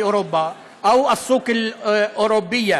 באירופה או בשוק האירופי,